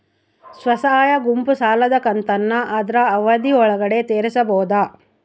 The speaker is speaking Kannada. ಸ್ವಸಹಾಯ ಗುಂಪು ಸಾಲದ ಕಂತನ್ನ ಆದ್ರ ಅವಧಿ ಒಳ್ಗಡೆ ತೇರಿಸಬೋದ?